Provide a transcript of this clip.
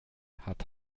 hat